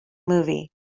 movie